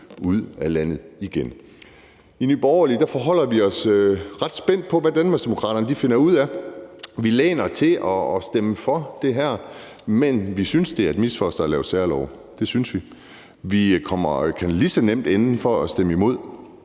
ud af landet igen. I Nye Borgerlige forholder vi os ret spændte på, hvad Danmarksdemokraterne finder ud af. Vi hælder mod at stemme for det her, men vi synes, det er et misfoster at lave særlove; det synes vi. Vi kan lige så nemt ende med at stemme imod,